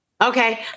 Okay